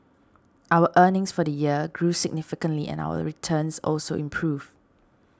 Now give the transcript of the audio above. our earnings for the year grew significantly and our returns also improved